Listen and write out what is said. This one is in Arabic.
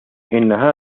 إنها